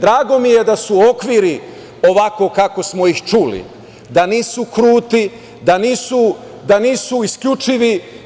Drago mi je da su okviri ovako kako smo ih čuli, da nisu kruti, da nisu isključivi.